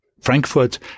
Frankfurt